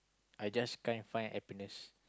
I just can't find happiness